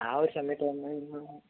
ആഹ് ഒരു സമയത്തു വന്നു കഴിയുമ്പം